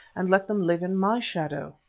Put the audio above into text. and let them live in my shadow.